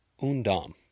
Undam